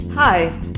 Hi